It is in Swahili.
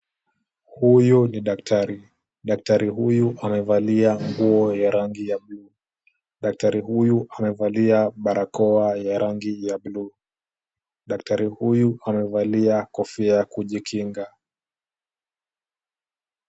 Huyu ni daktari. Daktari huyu amevalia nguo ya rangi ya buluu. Daktari huyu amevalia barakoa ya rangi ya buluu. Daktari huyu amevalia kofia ya kujikinga.